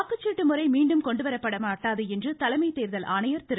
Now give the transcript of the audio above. வாக்குச்சீட்டு முறை மீண்டும் கொண்டுவரப்பட மாட்டாது என்று தலைமை தேர்தல் ஆணையர் திரு